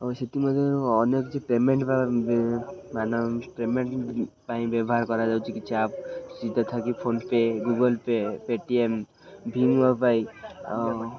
ଆଉ ସେଥିମଧ୍ୟରୁ ଅନ୍ୟ କିଛି ପେମେଣ୍ଟ ମାନ ପେମେଣ୍ଟ ପାଇଁ ବ୍ୟବହାର କରାଯାଉଛି କିଛି app PhonePe Google Pay Paytm Bhima ପାଇଁ ଆଉ